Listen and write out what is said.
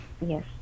yes